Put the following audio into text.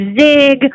Zig